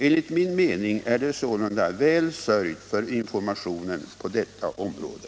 Enligt min mening är det sålunda väl sörjt för informationen på detta område.